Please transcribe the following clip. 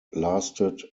lasted